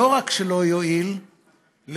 לא רק שלא יועיל לטעמי,